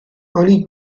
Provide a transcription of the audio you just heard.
oni